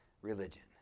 religion